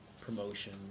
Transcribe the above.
promotion